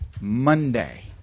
Monday